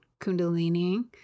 Kundalini